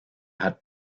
hat